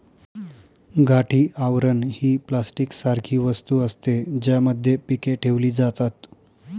गाठी आवरण ही प्लास्टिक सारखी वस्तू असते, ज्यामध्ये पीके ठेवली जातात